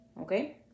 Okay